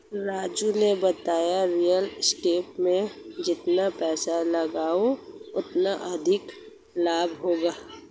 राजू ने बताया real estate में जितना पैसे लगाओगे उतना अधिक लाभ होगा